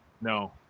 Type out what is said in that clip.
No